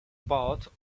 bought